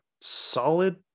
solid